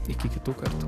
iki kitų kartų